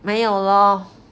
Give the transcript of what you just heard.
没有 lor